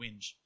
whinge